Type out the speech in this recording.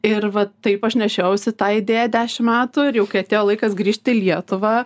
ir va taip aš nešiojausi tą idėją dešim metų ir jau kai atėjo laikas grįžt į lietuvą